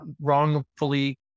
wrongfully